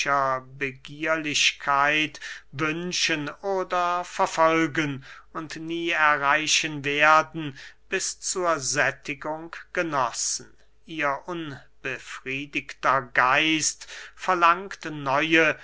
begierlichkeit wünschen oder verfolgen und nie erreichen werden bis zur sättigung genossen ihr unbefriedigter geist verlangt neue